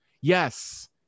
Yes